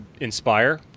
inspire